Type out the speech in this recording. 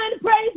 praise